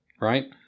right